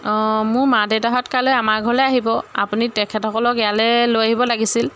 অঁ মোৰ মা দেউতাহঁত কাইলৈ আমাৰ ঘৰলৈ আহিব আপুনি তেখেতসকলক ইয়ালৈ লৈ আহিব লাগিছিল